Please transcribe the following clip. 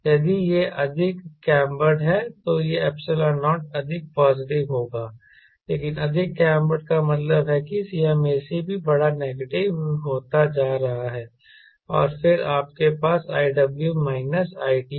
यदि यह अधिक कैंबर्ड है तो यह ε0 अधिक पॉजिटिव होगा लेकिन अधिक कैंबर्ड का मतलब है कि Cmac भी बड़ा नेगेटिव होता जा रहा है और फिर आपके पास iw माइनस it है